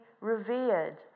revered